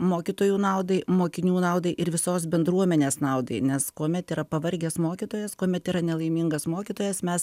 mokytojų naudai mokinių naudai ir visos bendruomenės naudai nes kuomet yra pavargęs mokytojas kuomet yra nelaimingas mokytojas mes